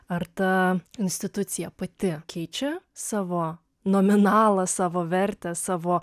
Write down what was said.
ar ta institucija pati keičia savo nominalą savo vertę savo